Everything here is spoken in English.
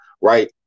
right